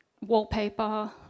wallpaper